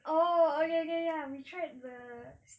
oh okay okay ya we tried the